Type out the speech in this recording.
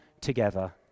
together